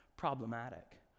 problematic